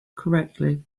correctly